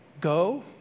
go